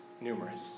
numerous